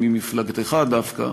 ממפלגתך דווקא,